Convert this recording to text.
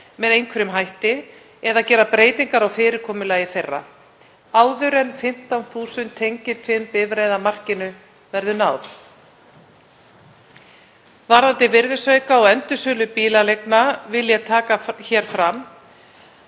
með einhverjum hætti, eða gera breytingar á fyrirkomulagi þeirra, áður en 15.000 tengiltvinnbifreiðamarkinu verði náð. Varðandi virðisauka og endursölu bílaleigubíla vil ég taka hér fram